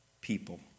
people